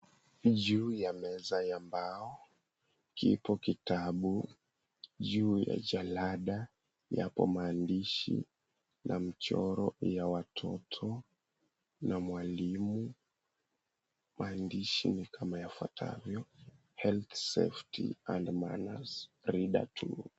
Juu ya meza ya mbao kipo kitabu. Juu ya jalada yapo maandishi na mchoro ya watoto na mwalimu. Maandishi ni kama yafuatavyo, Health Safety and Manners, Reader Two.